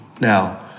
Now